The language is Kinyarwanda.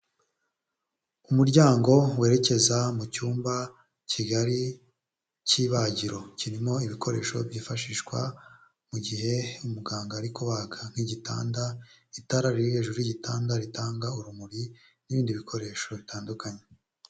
Umuryango werekeza mu cyumba kigari cy'ibagiro, kirimo ibikoresho byifashishwa mu gihe umuganga ari kubaga nk'igitanda, itara riri hejuru y'igitanda ritanga urumuri n'ibindi bikoresho bitandukanye.